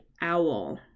owl